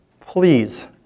please